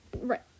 right